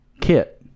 Kit